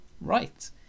Right